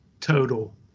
total